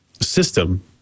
system